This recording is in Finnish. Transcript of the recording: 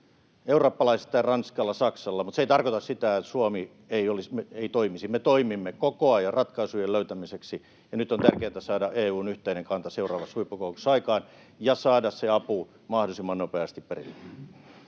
eurooppalaisittain Ranskalla ja Saksalla, mutta se ei tarkoita sitä, että Suomi ei toimisi. Me toimimme koko ajan ratkaisujen löytämiseksi, ja nyt on tärkeätä saada EU:n yhteinen kanta seuraavassa huippukokouksessa aikaan ja saada se apu mahdollisimman nopeasti perille.